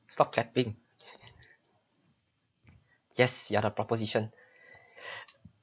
stop clapping yes you're the proposition